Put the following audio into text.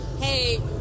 hey